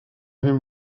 him